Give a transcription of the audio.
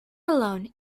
malone